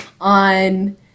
on